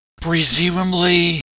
Presumably